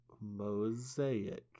Mosaic